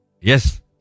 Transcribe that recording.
Yes